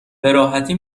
براحتی